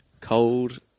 cold